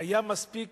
היה מספיק